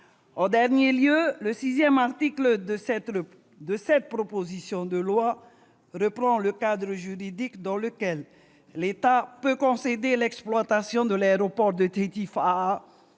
En second lieu, le sixième article de cette proposition de loi reprend le cadre juridique dans lequel l'État peut concéder l'exploitation de l'aéroport de Tahiti-Faa'a,